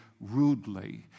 rudely